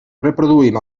reproduïm